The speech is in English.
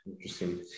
Interesting